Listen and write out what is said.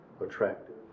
attractive